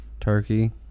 Turkey